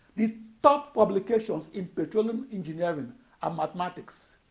the top publications in petroleum engineering and mathematics